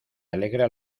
alegra